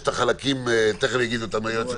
יש את החלקים שתיכף יגיד אותם היועץ המשפטי.